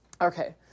Okay